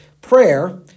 prayer